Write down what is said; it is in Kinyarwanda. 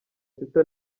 sita